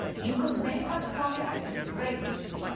you could make a promise and break it.